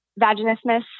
vaginismus